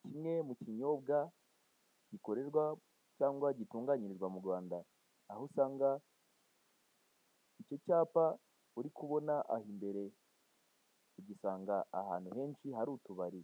Kimwe mu kinyobwa gikorerwa cyangwa gitunganyirizwa mu Rwanda aho usanga icyo cyapa uri kubona aho imbere tugisanga ahantu henshi hari utubari,